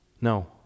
no